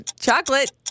Chocolate